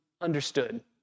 understood